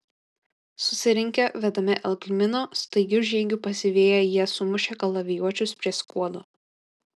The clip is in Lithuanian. susirinkę vedami algmino staigiu žygiu pasiviję jie sumušė kalavijuočius prie skuodo